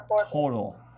total